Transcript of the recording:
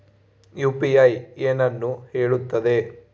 UPI ಏನನ್ನು ಹೇಳುತ್ತದೆ?